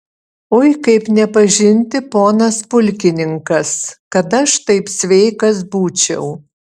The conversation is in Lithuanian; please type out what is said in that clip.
ui kaip nepažinti ponas pulkininkas kad aš taip sveikas būčiau